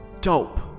dope